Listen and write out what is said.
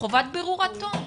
חובת בירור עד תום.